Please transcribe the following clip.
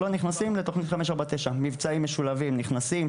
לא נכנסים לתוכנית 549. מבצעים משולבים נכנסים,